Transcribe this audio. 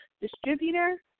distributor